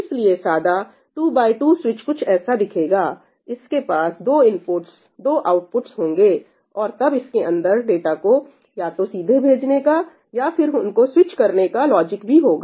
इसलिए सादा 2 x 2 switch कुछ ऐसा दिखेगा इसके पास दो इनपुट्स दो आउटपुट्स होंगे और तब इसके अंदर डाटा को या तो सीधे भेजने का या फिर उनको स्विच करने का लॉजिक भी होगा